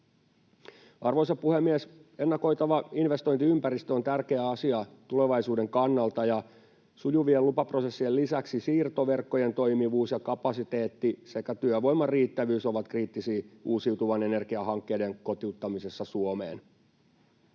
Arvoisa puhemies! Ennakoitava investointiympäristö on tärkeä asia tulevaisuuden kannalta, ja sujuvien lupaprosessien lisäksi siirtoverkkojen toimivuus ja kapasiteetti sekä työvoiman riittävyys ovat kriittisiä uusiutuvan energian hankkeiden kotiuttamisessa Suomeen.